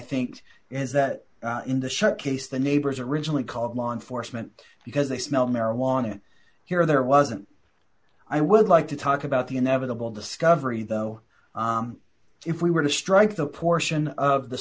think is that in the shut case the neighbors originally called law enforcement because they smelled marijuana here or there wasn't i would like to talk about the inevitable discovery though if we were to strike the portion of the